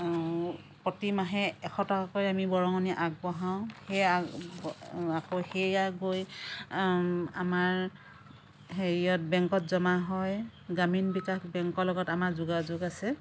প্ৰতিমাহে এশ টকাকৈ আমি বৰঙণি আগবঢ়াওঁ সেয়া আকৌ সেয়া গৈ আমাৰ হেৰিয়াত বেংকত জমা হয় গ্ৰামীন বিকাশ বেংকৰ লগত আমাৰ যোগাযোগ আছে